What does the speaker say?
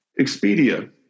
Expedia